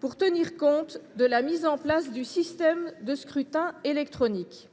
pour tenir compte de la mise en place du système de scrutin électronique.